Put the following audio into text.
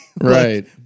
Right